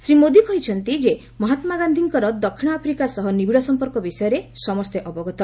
ଶ୍ରୀ ମୋଦି କହିଛନ୍ତି ଯେ ମହାତ୍ସା ଗାନ୍ଧୀଙ୍କର ଦକ୍ଷିଣ ଆଫ୍ରିକା ସହ ନିବିଡ଼ ସଂପର୍କ ବିଷୟରେ ସମସ୍ତେ ଅବଗତ